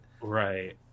Right